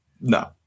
No